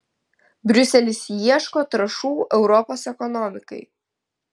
briuselis ieško trąšų europos ekonomikai